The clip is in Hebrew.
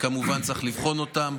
וכמובן צריך לבחון אותם.